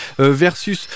versus